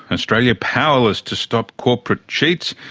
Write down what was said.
australia powerless to stop corporate cheats.